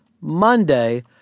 Monday